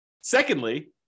secondly